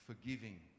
forgiving